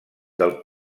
del